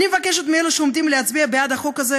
אני מבקשת מאלה שעומדים להצביע בעד החוק הזה,